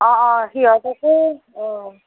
অ' অ' সিহঁতকো